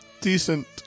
Decent